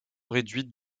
réduite